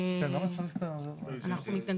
אנחנו מתנגדים.